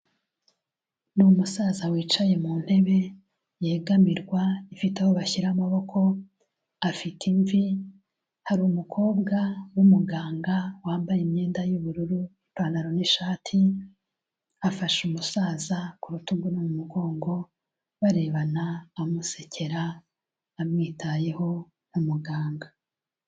Ni umusaza wicaye mu ntebe yegamirwa, ifite aho bashyira amaboko, afite imvi, hari umukobwa w'umuganga wambaye imyenda y'ubururu, ipantaro n'ishati, afasha umusaza ku rutugu no mu mugongo, barebana, amusekera, amwitayeho nk'umuganga.